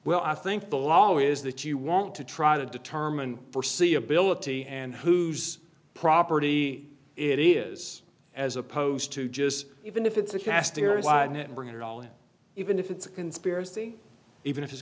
well i think the law is that you want to try to determine for see ability and whose property it is as opposed to just even if it's a casting net bring it all in even if it's a conspiracy even if it's